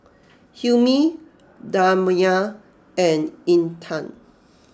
Hilmi Damia and Intan